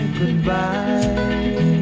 goodbye